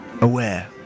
aware